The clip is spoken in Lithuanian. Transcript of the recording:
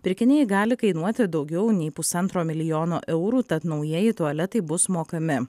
pirkiniai gali kainuoti daugiau nei pusantro milijono eurų tad naujieji tualetai bus mokami